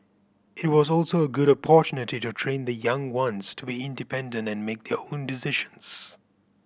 it was also a good opportunity to train the young ones to be independent and make their own decisions